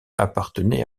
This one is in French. appartenait